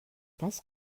was